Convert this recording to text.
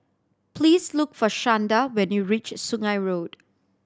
please look for Shanda when you reach Sungei Road